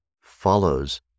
follows